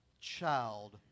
child